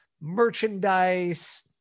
merchandise